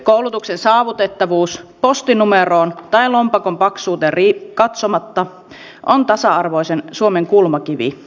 koulutuksen saavutettavuus postinumeroon tai lompakon paksuuteen katsomatta on tasa arvoisen suomen kulmakivi